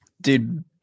Dude